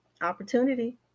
Opportunity